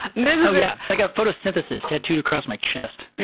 mm-hmm. oh yeah, i've got photosynthesis tattooed across my chest.